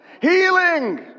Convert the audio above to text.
Healing